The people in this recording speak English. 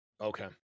Okay